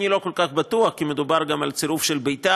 אני לא כל כך בטוח, כי מדובר גם על צירוף של ביתר,